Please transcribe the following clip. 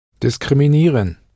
Diskriminieren